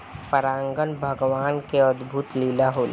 परागन भगवान के अद्भुत लीला होला